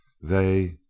They—